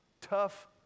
Tough